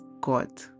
god